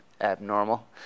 abnormal